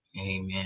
Amen